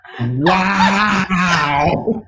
Wow